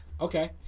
Okay